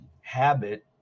habit